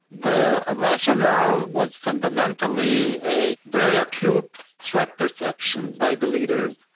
the ah rationale was fundamentally a very acute threat perception by the leaders.